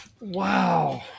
Wow